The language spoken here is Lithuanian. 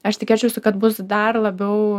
aš tikėčiausi kad bus dar labiau